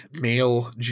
male